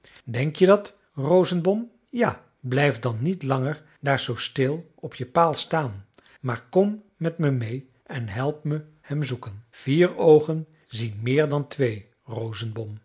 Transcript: denk je dat rosenbom ja blijf dan niet langer daar zoo stil op je paal staan maar kom met me mee en help me hem zoeken vier oogen zien meer dan twee